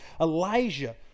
Elijah